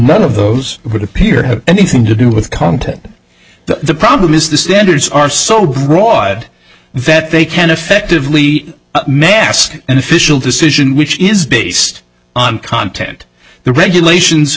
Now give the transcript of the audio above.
none of those would appear to have anything to do with content the problem is the standards are so broad that they can effectively mask an official decision which is based on content the regulations